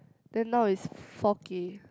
then now it's four K